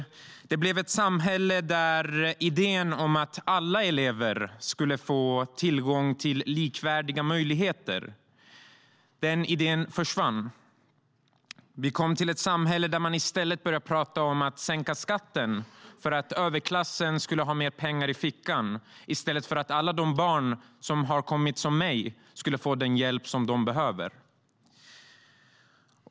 Det blev ett samhälle där idén om att alla elever skulle få tillgång till likvärdiga möjligheter försvann. Det blev ett samhälle där man började prata om att sänka skatten för att överklassen skulle ha mer pengar i fickan i stället för att alla barn som, liksom jag, hade kommit hit skulle få den hjälp som de behövde.